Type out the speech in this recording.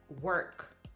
work